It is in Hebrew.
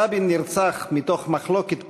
רבין נרצח מתוך מחלוקת פנים-ישראלית,